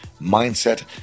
mindset